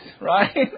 right